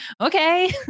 okay